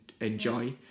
enjoy